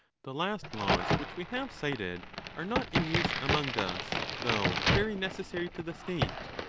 the last laws which we have cited are not in use among us, though very necessary to the state.